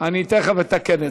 והבנייה (תיקון, הסדרת תחזוקת העירוב),